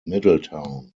middletown